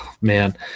Man